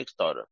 Kickstarter